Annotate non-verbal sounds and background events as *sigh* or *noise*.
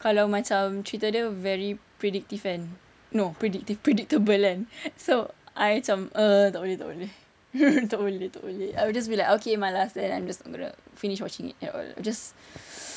kalau macam cerita dia very predictive kan no predictive predictable kan so I macam err tak boleh tak boleh *laughs* tak boleh tak boleh I will just be like okay my last then I'm just I'm gonna finish watching it at all just